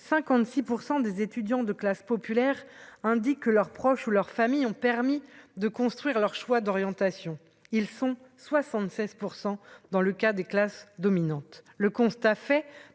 56 % des étudiants de classes populaires indique que leurs proches ou leurs familles ont permis de construire leur choix d'orientation, ils sont 76 %, dans le cas des classes dominantes, le constat fait